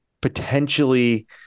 potentially